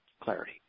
clarity